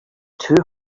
two